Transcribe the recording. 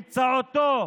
שבאמצעותו